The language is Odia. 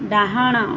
ଡାହାଣ